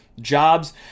jobs